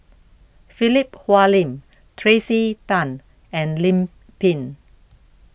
Philip Hoalim Tracey Tan and Lim Pin